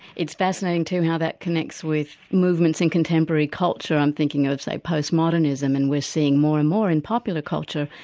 it's fascinating too how that connects with movements in contemporary culture i'm thinking of say post-modernism and we're seeing more and more in popular culture,